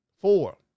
four